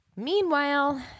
Meanwhile